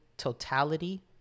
Totality